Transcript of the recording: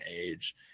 age